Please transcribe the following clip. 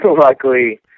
luckily